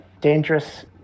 dangerous